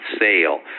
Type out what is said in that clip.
sale